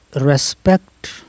respect